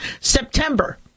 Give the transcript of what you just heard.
September